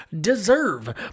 deserve